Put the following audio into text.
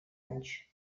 anys